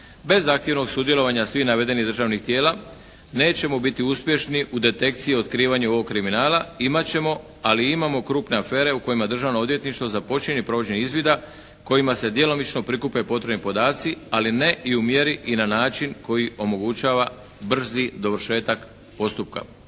Bez aktivnog sudjelovanja svih navedenih državnih tijela nećemo biti uspješni u detekciji i otkrivanju ovog kriminala. Imat ćemo ali i imamo krupne afere u kojima Državno odvjetništvo započinje provođenje izvida kojima se djelomično prikupljaju potrebni podaci ali ne i u mjeri i na način koji omogućava brzi dovršetak postupka.